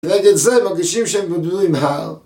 לרגל(?) זה, מרגישים שהם התמודדו עם הר